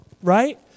right